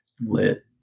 Lit